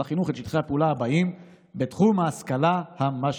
החינוך את שטחי הפעולה האלה בתחום ההשכלה המשלימה: